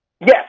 yes